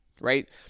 right